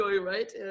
right